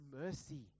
mercy